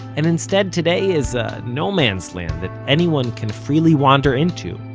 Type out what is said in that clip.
and instead, today, is a no-man's land that anyone can freely wander into,